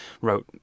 wrote